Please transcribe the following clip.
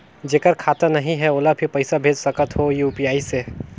जेकर खाता नहीं है ओला भी पइसा भेज सकत हो यू.पी.आई से?